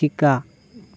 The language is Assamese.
শিকা